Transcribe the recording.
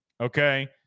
okay